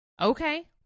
okay